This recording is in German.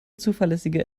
zuverlässige